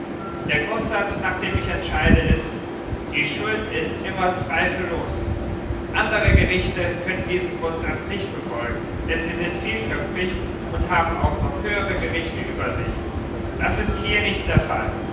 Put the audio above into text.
der grundsatz nach dem ich entscheide ist die schuld ist immer zweifellos andere gerichte können diesen grundsatz nicht befolgen denn sie sind vielköpfig und haben auch noch höhere gerichte über sich das ist hier nicht der fall